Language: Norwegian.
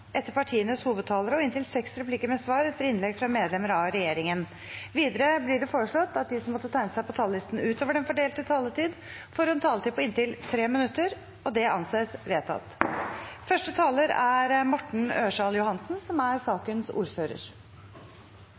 etter partienes hovedtalere og inntil seks replikker med svar etter innlegg fra medlemmer av regjeringen. Videre blir det foreslått at de som måtte tegne seg på talerlisten utover den fordelte taletid, får en taletid på inntil 3 minutter. – Det anses vedtatt. Jeg har sagt det tidligere, og jeg gjentar det gjerne: Det er ikke med stor glede jeg er ordfører